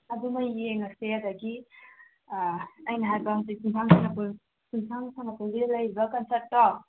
ꯑꯗꯨꯃ ꯌꯦꯡꯉꯁꯦ ꯑꯗꯒꯤ ꯑꯩꯅ ꯍꯥꯏꯕ ꯍꯧꯖꯤꯛ ꯆꯨꯝꯊꯥꯡ ꯁꯥꯟꯅꯄꯨꯡꯒꯤ ꯂꯩꯔꯤꯕ ꯀꯟꯁꯠꯇꯣ